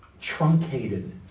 truncated